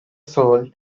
soul